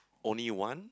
only one